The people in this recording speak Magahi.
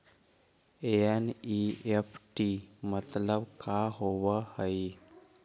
एन.ई.एफ.टी मतलब का होब हई?